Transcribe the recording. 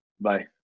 Bye